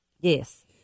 Yes